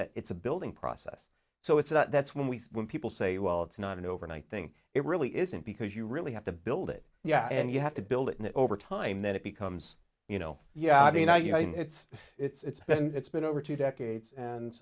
that it's a building process so it's that's when we when people say well it's not an overnight thing it really isn't because you really have to build it yeah and you have to build it and over time that it becomes you know yeah i mean i you know it's it's been it's been over two decades and